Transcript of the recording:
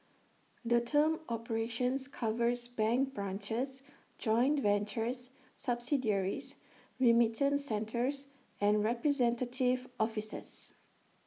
the term operations covers bank branches joint ventures subsidiaries remittance centres and representative offices